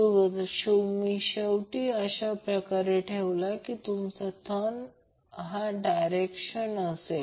जर तुम्ही शेवट अशाप्रकारे ठेवला की तुमचा थम्ब डायरेक्शन असेल